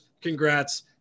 congrats